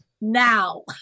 now